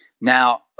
Now